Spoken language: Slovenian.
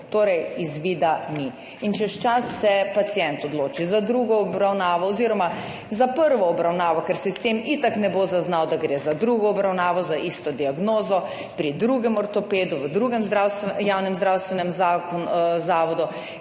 Torej izvida ni in čez čas se pacient odloči za drugo obravnavo oziroma za prvo obravnavo, ker sistem itak ne bo zaznal, da gre za drugo obravnavo, za isto diagnozo, pri drugem ortopedu, v drugemjavnem zdravstvenem, zavodu,